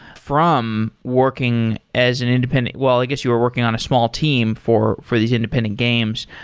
from working as an independent. well, i guess you were working on a small team for for these independent games.